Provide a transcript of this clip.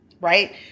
right